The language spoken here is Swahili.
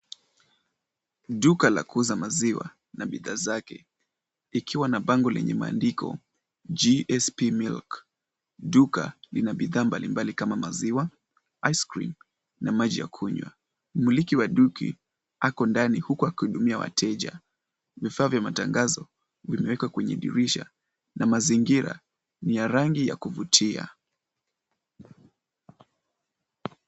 Duka la kuza maziwa, na bidhaa zake, ikiwa na bango lenye maandiko, J-S-P milk, duka lina bidhaa mbalimbali kama maziwa, ice cream , na maji ya kunywa, miliki wa duki, ako ndani huku akitumia wateja, Vifaa vya matangazo, vimewekwa kwenye dirisha, na mazingira ni ya rangi ya kuvutia.